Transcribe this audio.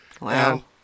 Wow